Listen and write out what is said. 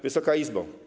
Wysoka Izbo!